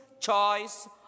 choice